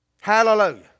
Hallelujah